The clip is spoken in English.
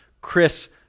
Chris